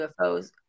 UFOs